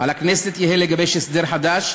"על הכנסת יהא לגבש הסדר חדש,